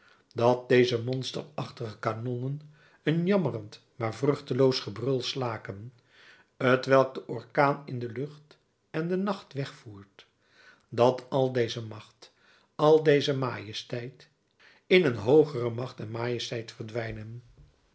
dat deze monsterachtige kanonnen een jammerend maar vruchteloos gebrul slaken t welk de orkaan in de lucht en den nacht wegvoert dat al deze macht al deze majesteit in een hoogere macht en majesteit verdwijnen